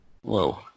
Whoa